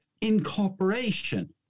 incorporation